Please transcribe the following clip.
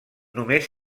només